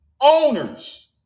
owners